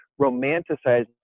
romanticizing